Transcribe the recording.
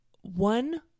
one